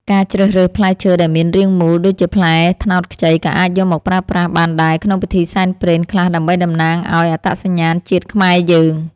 ការជ្រើសរើសផ្លែឈើដែលមានរាងមូលដូចជាផ្លែត្នោតខ្ចីក៏អាចយកមកប្រើប្រាស់បានដែរក្នុងពិធីសែនព្រេនខ្លះដើម្បីតំណាងឱ្យអត្តសញ្ញាណជាតិខ្មែរយើង។